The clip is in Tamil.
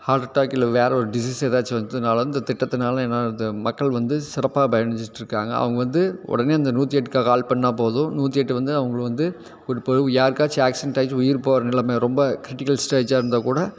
ஹார்ட் அட்டாக் இல்லை வேறு ஒரு டிசீஸ் ஏதாச்சும் வந்துச்சுனாலும் இந்த திட்டத்துனால் என்ன ஆகிறது மக்கள் வந்து சிறப்பாக பயன் அடைஞ்சிட்ருக்காங்க அவங்க வந்து உடனே அந்த நூற்றி எட்டுக்கு கால் பண்ணிணா போதும் நூற்றி எட்டு வந்து அவங்களை வந்து கூட்டிட்டு போயிடும் யாருக்காச்சும் ஆக்சிரென்ட் ஆச்சு உயிர் போகிற நிலமை ரொம்ப க்ரிட்டிக்கல் ஸ்டேஜாக இருந்தால் கூட